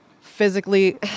physically